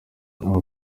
aho